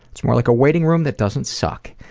it's more like a waiting room that doesn't suck.